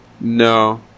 No